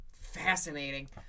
fascinating